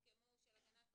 שהוסכמו פה, של הגנת פרטיות,